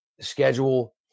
schedule